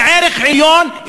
זה ערך עליון,